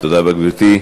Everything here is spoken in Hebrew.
תודה רבה, גברתי.